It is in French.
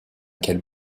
quelle